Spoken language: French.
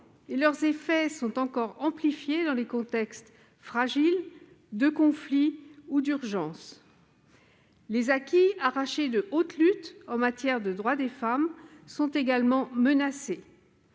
et leurs effets sont encore amplifiés dans les contextes fragiles de conflit ou d'urgence. Les acquis arrachés de haute lutte en matière de droits des femmes sont ainsi menacés.